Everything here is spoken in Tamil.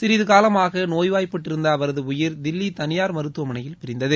சிறிது காலமாக நோய்வாய்ப்பட்டிருந்த அவரது உயிர் தில்லி தனியார் மருத்துவமனையில் பிரிந்தது